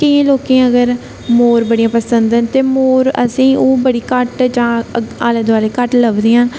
केंइयें लोकें गी अगर मोर बडे़ पसंद ना ते मोर असेंगी ओह् बडे़ घट्ट जां आले दुआले घट्ट लभदे ना